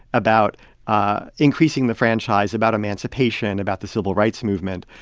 about ah increasing the franchise, about emancipation, about the civil rights movement.